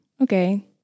Okay